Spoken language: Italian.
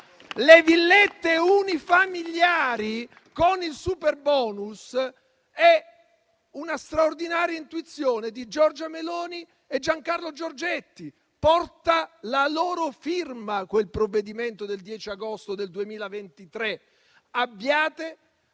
Le villette unifamiliari con il superbonus sono una straordinaria intuizione di Giorgia Meloni e Giancarlo Giorgetti. Porta la loro firma quel provvedimento del 10 agosto 2023.